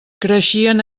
creixien